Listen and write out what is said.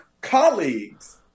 colleagues